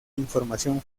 información